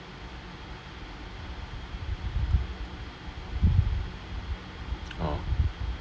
oh